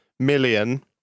Million